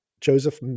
Joseph